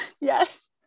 Yes